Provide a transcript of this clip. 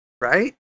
right